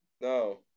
no